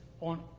on